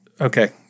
okay